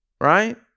right